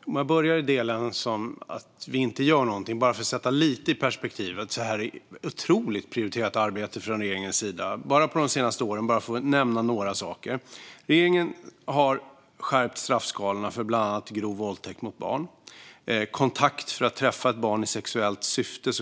Låt mig börja i den del som handlade om att vi inte gör någonting för att vi ska få lite perspektiv. Det här är ett otroligt prioriterat arbete inom regeringen. Under de senaste åren har regeringen - bara för att nämna några saker - skärpt straffskalorna för bland annat grov våldtäkt mot barn och gromning, det vill säga kontakt för att träffa ett barn i sexuellt syfte.